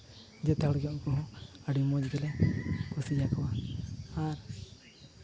ᱡᱮᱛᱮ ᱦᱚᱲ ᱜᱮ ᱩᱱᱠᱩ ᱦᱚᱸ ᱟᱹᱰᱤ ᱢᱚᱡᱽ ᱜᱮᱞᱮ ᱠᱩᱥᱤᱭᱟ ᱠᱚᱣᱟ ᱟᱨ